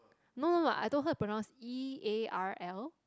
no no no I told her to pronounce E_A_R_L